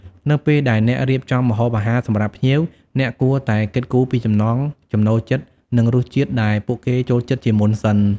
នៅពេលដែលអ្នករៀបចំម្ហូបអាហារសម្រាប់ភ្ញៀវ អ្នកគួរតែគិតគូរពីចំណង់ចំណូលចិត្តនិងរសជាតិដែលពួកគេចូលចិត្តជាមុនសិន។